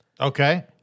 Okay